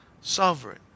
sovereign